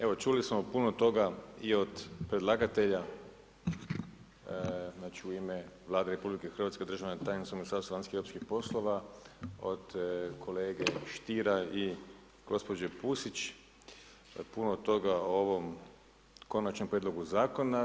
Evo čuli smo puno toga i od predlagatelja, znači u ime Vlade RH, državna tajnica u Ministarstvu vanjskih i europskih poslova, od kolege Stiera i gospođe Pusić, puno toga u ovom konačnom prijedlogu zakona.